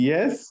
Yes